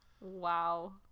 Wow